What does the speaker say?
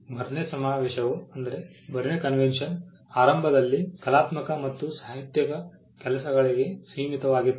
burn ಸಮಾವೇಶವು ಆರಂಭದಲ್ಲಿ ಕಲಾತ್ಮಕ ಮತ್ತು ಸಾಹಿತ್ಯಿಕ ಕೆಲಸಗಳಿಗೆ ಸೀಮಿತವಾಗಿತ್ತು